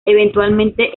eventualmente